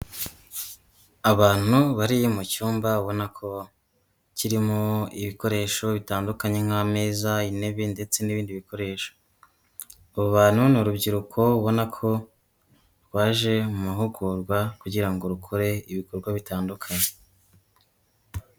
Abantu bari mu cyumba ubona ko, kirimo ibikoresho bitandukanye nk'ameza, intebe ndetse n'ibindi bikoresho. Abo bantu ni urubyiruko ubona ko, rwaje mu mahugurwa kugira ngo rukore ibikorwa bitandukanye.